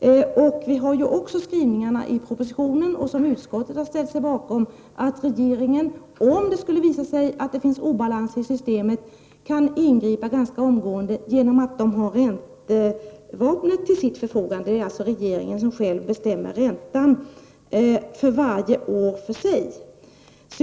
I propositionens skrivningar sägs, vilket utskottet också har ställt sig bakom, att regeringen, om det skulle visa sig att det finns obalans i systemet, kan ingripa ganska omgående genom att den har räntevapnet till sitt förfogande. Det är alltså regeringen som själv bestämmer räntan för varje år för sig.